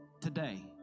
Today